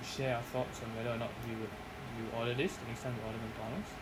share your thoughts on whether or not you'd you'd order this the next time you order McDonald's